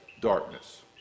darkness